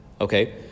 Okay